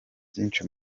byinshi